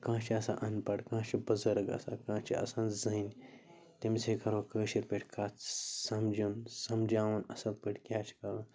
کانٛہہ چھِ آسان اَن پڑھ کانٛہہ چھِ بٕزرگ آسان کانہہ چھِ آسان زٔنۍ تٔمِس سۭتۍ کَرو کٲشِر پٲٹھۍ کَتھ سَمجھُن سمجھاوُن اَصٕل پٲٹھۍ کیٛاہ چھِ کَرُن